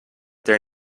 their